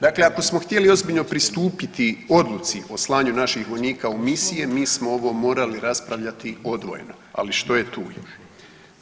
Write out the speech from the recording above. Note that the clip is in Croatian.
Dakle ako smo htjeli ozbiljno pristupiti odluci o slanju naših vojnika u misije mi smo ovo morali raspravljati odvojeno, ali što je tu je.